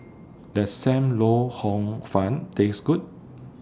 Does SAM Lau Hor Fun Taste Good